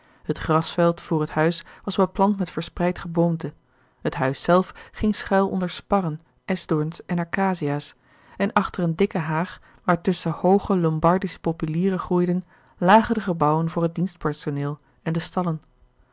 het grasveld voor het huis was beplant met verspreid geboomte het huis zelf ging schuil onder sparren eschdoorns en acacia's en achter een dichte haag waartusschen hooge lombardische populieren groeiden lagen de gebouwen voor het dienstpersoneel en de stallen